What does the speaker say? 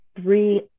three